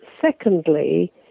secondly